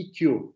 EQ